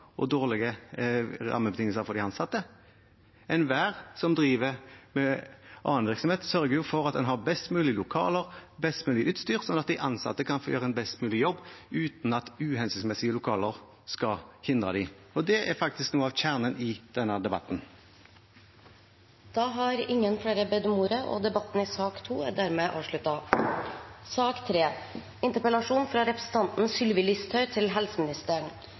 og dårlige rammebetingelser for de ansatte. Enhver som driver med annen virksomhet, sørger for at en har best mulig lokaler og best mulig utstyr, sånn at de ansatte kan få gjøre en best mulig jobb uten at uhensiktsmessige lokaler skal hindre dem. Det er faktisk noe av kjernen i denne debatten. Flere har ikke bedt om ordet til sak nr. 2. ALS er